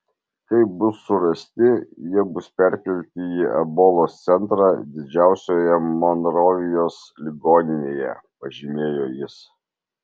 kai bus surasti jie bus perkelti į ebolos centrą didžiausioje monrovijos ligoninėje pažymėjo jis